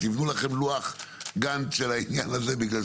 תבנו לכם לוח גאנט של העניין הזה בגלל